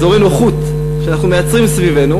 אזורי נוחות שאנחנו מייצרים סביבנו,